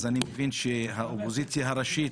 אני מבין שהאופוזיציה הראשית